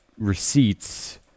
Receipts